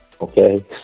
Okay